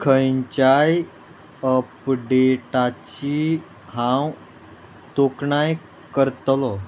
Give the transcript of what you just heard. खंयच्याय अपडेटाची हांव तोखणाय करतलो